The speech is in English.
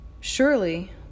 Surely